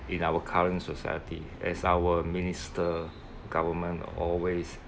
in our current society as our minister government always